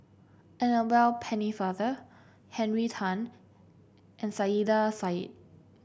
Annabel Pennefather Henry Tan and Saiedah Said